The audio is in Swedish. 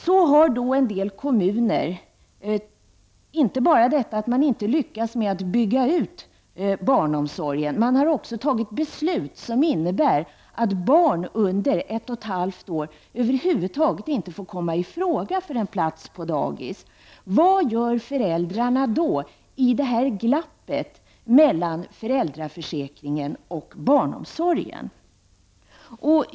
Situationen i en del kommuner är alltså den att man inte bara har misslyckats med att bygga ut barnomsorgen och att man har fattat beslut som innebär att barn under ett och ett halvt år över huvud taget inte kan komma i fråga för en plats på dagis. Vad gör föräldrarna då i det här glappet mellan föräldraförsäkringen och barnomsorgen?